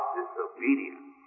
disobedience